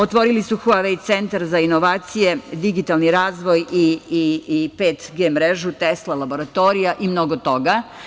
Otvorili su „Huavei centar“ za inovacije, digitalni razvoj i 5G mrežu, Tesla laboratorija i mnogo toga.